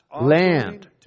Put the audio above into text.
land